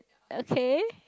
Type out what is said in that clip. okay